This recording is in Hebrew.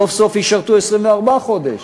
סוף-סוף ישרתו 24 חודש.